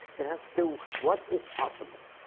it has to do, what is possible.